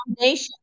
foundation